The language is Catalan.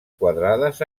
quadrades